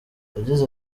yagize